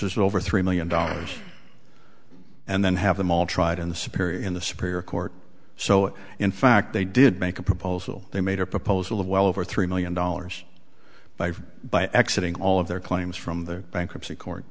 is over three million dollars and then have them all tried in the superior in the superior court so in fact they did make a proposal they made a proposal of well over three million dollars by by accident all of their claims from the bankruptcy court